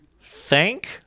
thank